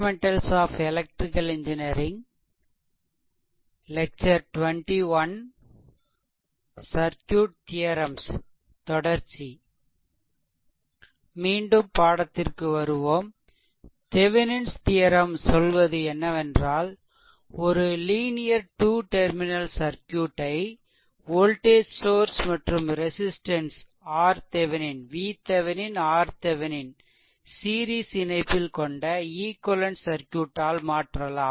மீண்டும் பாடத்திற்கு வருவோம் தெவெனின்ஸ் தியெரெம் சொல்வது என்னவென்றால் ஒரு லீனியர் டூ டெர்மினல் சர்க்யூட் ஐ வோல்டேஜ் சோர்ஸ் vThevenin மற்றும் ரெசிஸ்ட்டன்ஸ் RThevenin சீரிஸ் இணைப்பில்கொண்ட ஈக்வெலென்ட் Thevenin's equivalent சர்க்யூட்டால் மாற்றலாம்